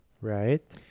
Right